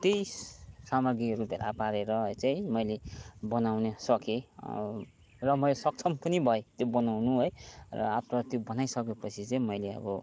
त्यही सामाग्रीहरू भेला पारेर चाहिँ मैले बनाउन सकेँ र म यो सक्षम पनि भएँ त्यो बनाउनु है र आफ्टर त्यो बनाइसकेपछि चाहिँ मैले अब